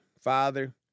Father